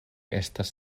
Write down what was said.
estas